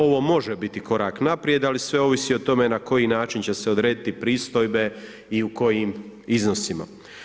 Ovo može biti korak naprijed ali sve ovisi o tome na koji način će se urediti pristojbe i u kojim iznosima.